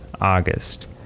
August